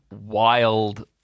wild